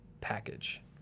package